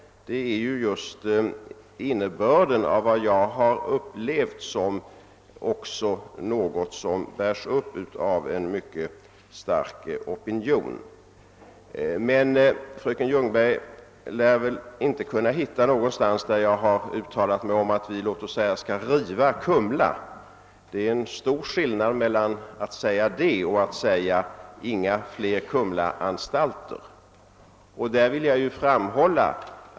Det är just innebörden av vad jag sagt och även upplevt som något som bärs upp av en mycket stark opinion. Men fröken Ljungberg lär väl inte någonstans kunna finna något uttalande av mig om att vi låt mig säga skall riva Kumlaanstalten. Det är stor skillnad mellan att säga detta och att säga: Inga fler Kumlaanstalter!